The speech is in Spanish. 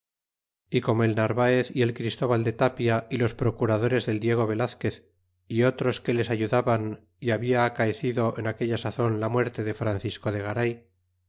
y como el narvaez y el christea de tapia y los procuradores del diego velazquez y otros que les ayudaban y habia acaecido en aquella sazon la muerte de francisco de garay